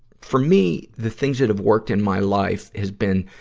for me, the things that have worked in my life has been,